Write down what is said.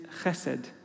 chesed